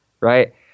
right